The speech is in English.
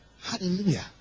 Hallelujah